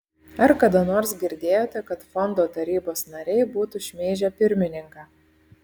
ar kada nors girdėjote kad fondo tarybos nariai būtų šmeižę pirmininką